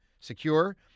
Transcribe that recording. secure